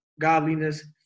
godliness